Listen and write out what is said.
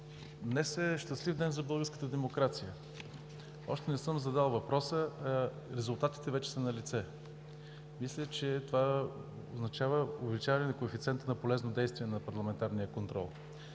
Днес е щастлив ден за българската демокрация. Още не съм задал въпроса и резултатите вече са налице, което означава увеличаване на коефициента на полезно действие на парламентарния контрол.